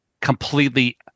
completely